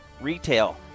retail